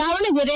Davanagere